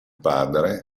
padre